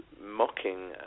mocking